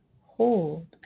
hold